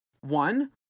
One